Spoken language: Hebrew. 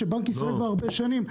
שבנק ישראל כבר הרבה שנים,